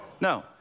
No